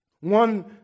One